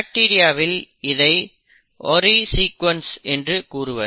பாக்டீரியாவில் இதை ori sequence என்று கூறுவர்